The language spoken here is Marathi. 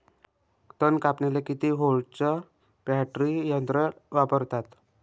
तन कापनीले किती व्होल्टचं बॅटरी यंत्र वापरतात?